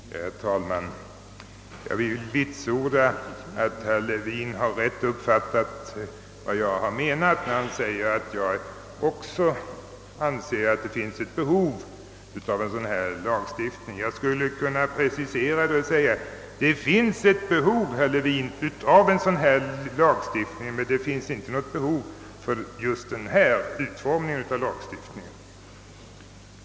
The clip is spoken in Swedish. Herr talman! Jag kan vitsorda att herr Levin riktigt har uppfattat vad jag menat. Han säger att jag också anser att det finns ett behov av en lagstiftning av ifrågavarande slag. Jag kan precisera det och säga att det finns ett behov av en sådan lagstiftning, men det finns inte något behov, herr Levin, av en lagstiftning med just den nu föreslagna utformningen.